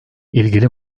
i̇lgili